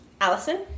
Allison